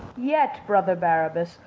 yet, brother barabas,